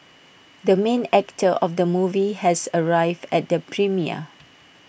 the main actor of the movie has arrived at the premiere